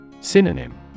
Synonym